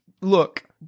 look